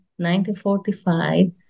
1945